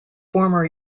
former